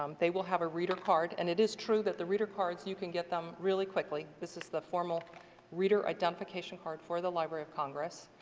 um they will have a reader card and it is true that the reader cards you can get them really quickly. this is the formal reader identification card for the library of congress.